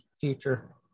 future